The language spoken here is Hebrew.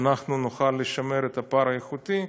אנחנו נוכל לשמר את הפער האיכותי.